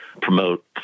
promote